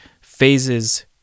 phases